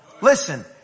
Listen